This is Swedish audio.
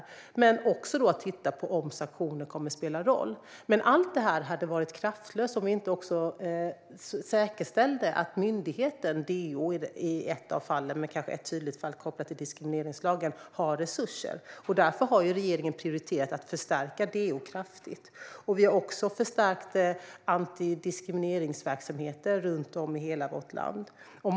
Men det handlar också om att titta på om sanktioner kan komma att spela roll. Men allt detta hade varit kraftlöst om vi inte också säkerställde att myndigheten DO - det är kanske ett tydligt fall kopplat till diskrimineringslagen - har resurser. Därför har regeringen prioriterat att förstärka DO kraftigt. Vi har också förstärkt anti-diskrimineringsverksamheter runt om i vårt land.